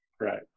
Right